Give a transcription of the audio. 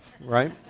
right